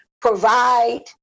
provide